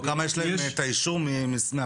(היו"ר סימון דוידסון,